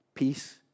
Peace